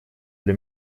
для